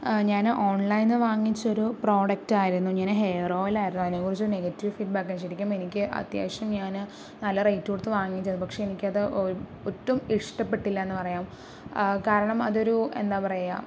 ഞാന് ഓൺലൈനിൽ വാങ്ങിച്ച ഒരു പ്രോഡക്റ്റ് ആയിരുന്നു ഞാന് ഹെയർ ഓയിൽ ആയിരുന്നു അതിനെക്കുറിച്ച് നെഗറ്റീവ് ഫീഡ്ബാക്ക് ആണ് ശരിക്കും എനിക്ക് അത്യാവശ്യം ഞാൻ നല്ല റേറ്റ് കൊടുത്തു വാങ്ങിച്ച പക്ഷേ എനിക്ക് തൊട്ടു ഇഷ്ടപ്പെട്ടില്ല എന്ന് പറയാം കാരണം അതൊരു എന്താ പറയുക